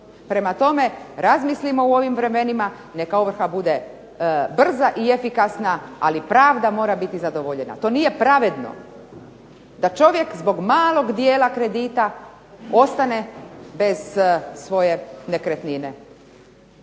Prema tome, razmislimo u ovim vremenima neka ovrha bude brza i efikasna ali pravda mora biti zadovoljena. To nije pravedno da čovjek zbog malog dijela kredita ostane bez svoje nekretnine.